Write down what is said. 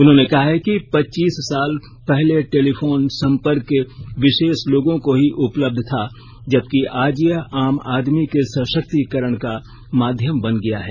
उन्होंने कहा है कि पच्चीस साल पहले टेलीफोन संपर्क विशेष लोगों को ही उपलब्ध था जबकि आज यह आम आदमी के सशक्तीकरण का माध्यम बन गया है